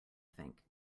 think